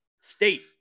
State